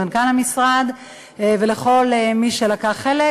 למנכ"ל המשרד ולכל מי שלקח חלק,